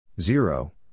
Zero